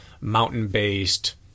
mountain-based